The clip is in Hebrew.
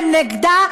הם נגדה,